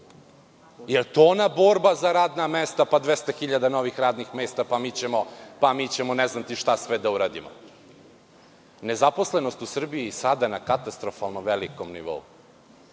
Da li je to borba za ona radna mesta, pa 200.000 novih radnih mesta, pa mi ćemo ne znam šta sve da uradimo? Nezaposlenost u Srbiji je sada na katastrofalno velikom nivou,